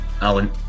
Alan